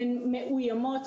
הן מאוימות,